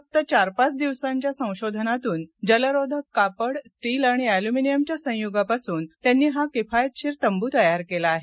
फक्त चार पाच दिवसांच्या संशोधनातून जलरोधक कापड स्टील आणि ऍल्युमिनिअमच्या संयुगापासून त्यांनी हा किफायतशीर तंबू तयार केला आहे